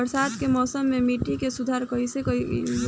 बरसात के मौसम में मिट्टी के सुधार कईसे कईल जाई?